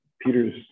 Peter's